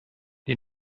die